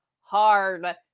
hard